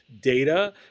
data